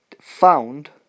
found